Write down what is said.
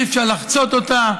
אי-אפשר לחצות אותה,